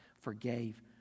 forgave